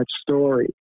story